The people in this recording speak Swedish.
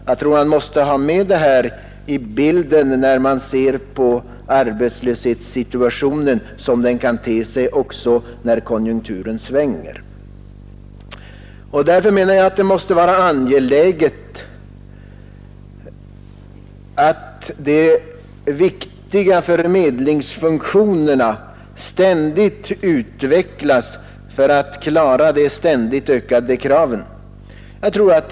Jag tror att man måste ha det här med i bilden när man ser på arbetslöshetssituationen som den kan te sig också när konjunkturen svänger. Därför menar jag att det måste vara angeläget att de viktiga förmedlingsfunktionerna oavbrutet utvecklas för att klara de ständigt ökade kraven.